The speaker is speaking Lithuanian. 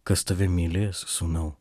kas tave mylės sūnau